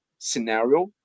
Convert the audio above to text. scenario